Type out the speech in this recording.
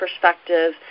perspective